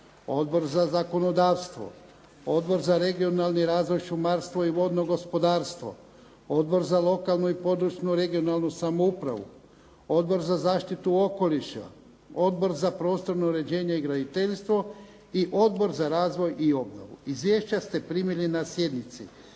Odbor za zakonodavstvo, Odbor za regionalni razvoj, šumarstvo i vodno gospodarstvo, Odbor za lokalnu i područnu (regionalnu) samoupravu, Odbor za zaštitu okoliša, Odbor za prostorno uređenje i graditeljstvo i Odbor za razvoj i obnovu. Izvješća ste primili na sjednici.